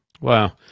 Wow